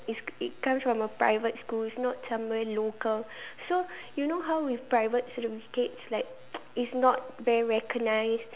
is it comes from a private school it's not somewhere local so you know how with private certificate's like it's not very recognized